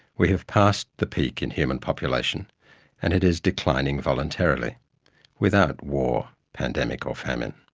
we have passed the peak in human population and it is declining voluntarily without war, pandemic or famine